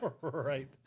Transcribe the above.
right